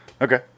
Okay